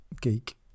Geek